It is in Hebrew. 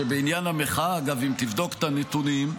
שבעניין המחאה, אגב, אם תבדוק את הנתונים,